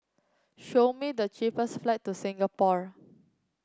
show me the cheapest flight to Singapore